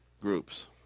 groups